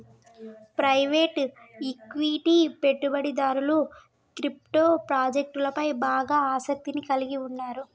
private equity పెట్టుబడిదారులు crypto ప్రాజెక్టులపై బాగా ఆసక్తిని కలిగి ఉన్నరు